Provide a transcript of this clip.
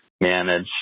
manage